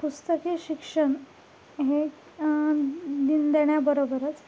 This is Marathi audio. पुस्तकी शिक्षण हे दिन देण्याबरोबरच